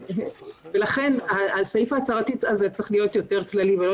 ולכן הסעיף ההצהרתי צריך להיות יותר כללי ולא